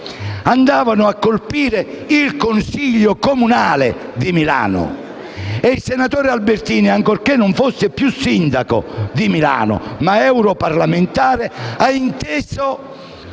andavano a colpire il Consiglio comunale di Milano e il senatore Albertini, ancorché non fosse più sindaco di quella città ma europarlamentare, ha inteso